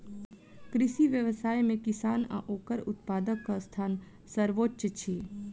कृषि व्यवसाय मे किसान आ ओकर उत्पादकक स्थान सर्वोच्य अछि